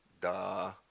duh